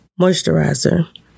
moisturizer